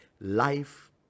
life